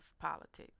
politics